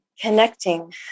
connecting